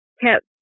kept